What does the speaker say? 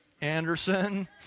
Anderson